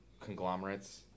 conglomerates